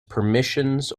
permissions